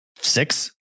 six